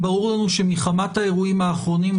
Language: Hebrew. ברור לנו שמחמת האירועים האחרונים,